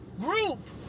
group